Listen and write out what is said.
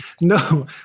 no